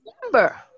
remember